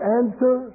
answer